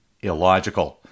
illogical